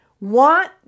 want